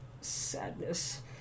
sadness